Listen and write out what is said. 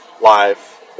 live